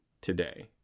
today